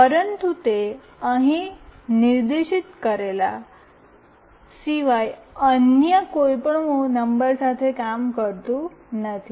પરંતુ તે અહીં નિર્દિષ્ટ કરેલા સિવાય અન્ય કોઈપણ નંબર સાથે કામ કરતું નથી